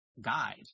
guide